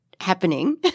happening